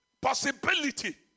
possibility